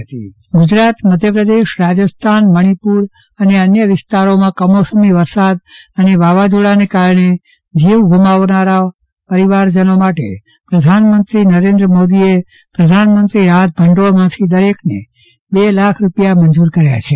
ચંદ્રવદન પદ્દણી વાવાઝોડા સહાય ગુજરાત મધ્યપ્રદેશ રાજસ્થાન મણીપુર અને અન્ય વિસ્તારોમાં કમોસમી વરસાદ અને વાવાઝોડાને કારણે જીવ ગુમાવનારાના પરીવારજનો માટે પ્રધાનમંત્રી નરેન્દ્ર મોદીએ પ્રધાનમંત્રી રાહત ભંડોળમાંથી દરેકને બે લાખ રૂપિયા મંજૂર કર્યા છે